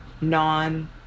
non